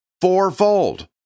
Fourfold